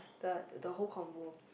the the whole combo